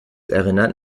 erinnert